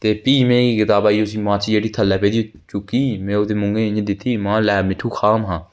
ते फ्ही में केह् कीत्ता पई नुआढ़ी मर्च जेह्ड़ी थल्लै पेदी ही चुक्की ते में उ'दे मूहैं च दित्ती ते में ले मिट्ठू ले खा महां